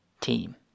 team